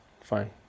fine